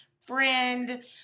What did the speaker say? friend